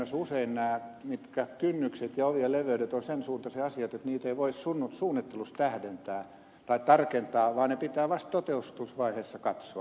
käytännössä usein nämä kynnykset ja ovien leveydet ovat sen suuntaisia asioita ettei niitä voi suunnittelussa tähdentää tai tarkentaa vaan ne pitää vasta toteutusvaiheessa katsoa